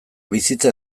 bizitza